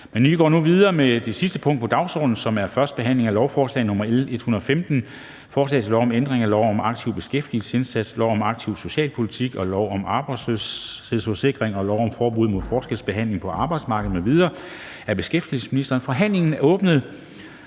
er udsat. (Kl. 11:18). --- Det sidste punkt på dagsordenen er: 10) 1. behandling af lovforslag nr. L 115: Forslag til lov om ændring af lov om en aktiv beskæftigelsesindsats, lov om aktiv socialpolitik, lov om arbejdsløshedsforsikring m.v. og lov om forbud mod forskelsbehandling på arbejdsmarkedet m.v. (Udmøntning af